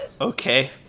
Okay